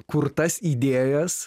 kurtas idėjas